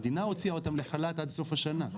המדינה הוציאה אותם לחל"ת עד סוף השנה.